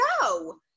no